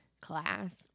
class